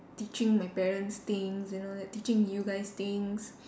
teaching my parents things you know that teaching you guys things